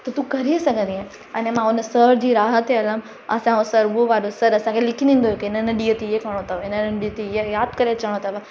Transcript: त तूं करे सघंदी आहें अने मां उन सर जी राह ते हलां असां वारो सर असांखे लिखी ॾींदो हुयो की इन ॾींहुं हे करिणो अथव हिन ॾींहं यादि करे अचिणो अथव